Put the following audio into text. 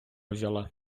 взяла